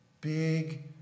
big